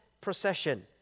procession